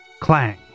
Clang